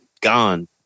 Gone